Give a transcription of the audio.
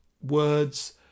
words